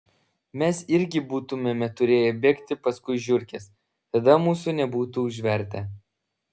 mes irgi būtumėme turėję bėgti paskui žiurkes tada mūsų nebūtų užvertę